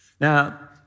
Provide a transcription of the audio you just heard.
Now